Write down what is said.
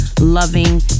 loving